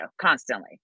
constantly